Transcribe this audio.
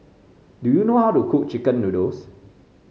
do you know how to cook chicken noodles